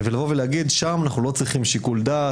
ולהגיד ששם לא צריך שיקול דעת,